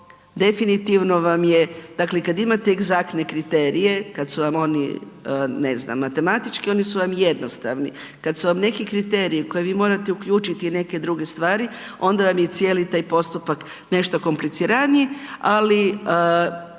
što definitivno vam je, dakle kad imate egzaktne kriterije, kad su vam oni ne znam matematički, oni su vam jednostavni, kad su vam neki kriteriji u koje vi morate uključiti neke druge stvari onda vam je cijeli taj postupak nešto kompliciraniji, ali